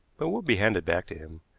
but will be handed back to him.